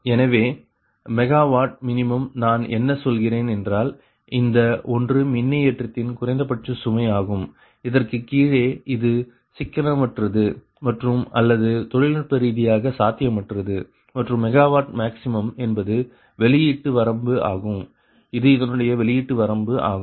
எனவே MWmin நான் என்ன சொல்கிறேன் என்றால் இந்த ஒன்று மின்னியற்றியின் குறைந்தபட்ச சுமை ஆகும் இதற்கு கீழே இது சிக்கனமற்றது மற்றும் அல்லது தொழில்நுட்ப ரீதியாக சாத்தியமற்றது மற்றும் மெகாவாட் மேக்ஸ் என்பது வெளியீட்டு வரம்பு ஆகும் இது இதனுடைய வெளியீட்டு வரம்பு ஆகும்